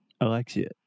Alexia